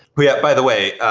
yeah by the way,